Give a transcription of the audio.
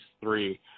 three